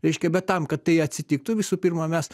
reiškia bet tam kad tai atsitiktų visų pirma mes